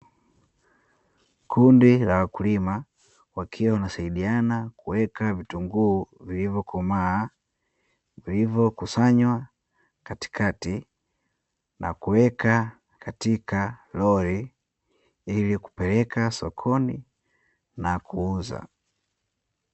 Kundi la wakulima wakiwa wanasaidiana kuweka vitunguu vilivyokomaa, vilivyo kusanywa katikati na kuweka katika lori ili kupeleka sokoni na kuuza.